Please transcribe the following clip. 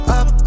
up